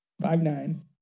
Five-nine